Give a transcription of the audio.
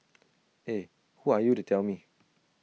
eh who are you to tell me